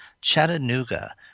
Chattanooga